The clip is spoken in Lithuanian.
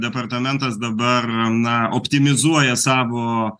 departamentas dabar na optimizuoja savo